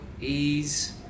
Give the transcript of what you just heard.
ease